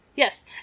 Yes